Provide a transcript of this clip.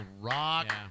rock